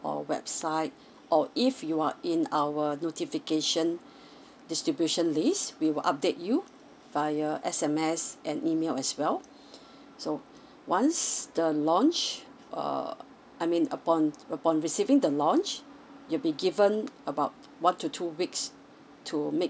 or website or if you are in our notification distribution list we will update you via S_M_S and email as well so once the launch uh I mean upon upon receiving the launch you'll be given about one to two weeks to make